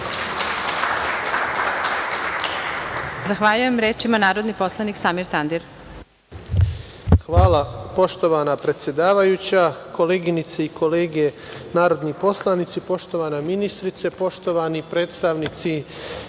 Zahvaljujem. Reč ima narodni poslanik Samir Tandir.